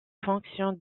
fonctions